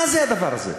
מה זה הדבר הזה?